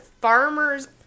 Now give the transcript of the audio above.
farmer's